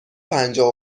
پنجاه